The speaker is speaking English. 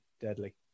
deadly